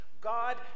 God